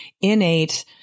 innate